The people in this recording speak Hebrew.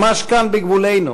ממש כאן בגבולנו,